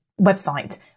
website